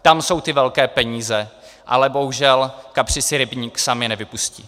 Tam jsou ty velké peníze, ale bohužel kapři si rybník sami nevypustí!